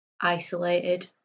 isolated